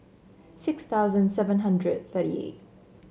six thousand seven hundred thirty eight